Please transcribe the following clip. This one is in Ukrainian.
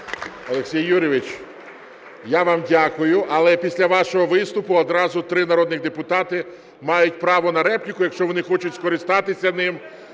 Олексій Юрійович, я вам дякую. Але після вашого виступу одразу три народних депутати мають право на репліку, якщо вони хочуть скористатися ним.